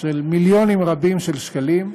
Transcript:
של מיליונים רבים של שקלים,